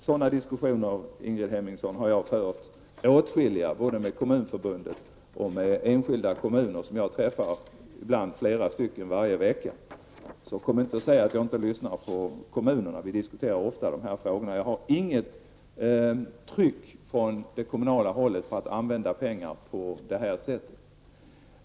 Sådana diskussioner, Ingrid Hemmingsson, har jag fört åtskilliga gånger, med både Kommunförbundet och enskilda kommuner, och jag träffar flera av dessa företrädare varje vecka. Så kom inte och säg att jag inte lyssnar på kommunerna! Jag diskuterar ofta dessa frågor med företrädare för kommunerna. Jag har inga tryck på mig från det kommunala hållet att använda pengarna på detta sätt.